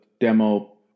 demo